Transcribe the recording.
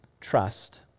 trust